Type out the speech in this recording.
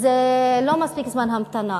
זה לא מספיק זמן המתנה.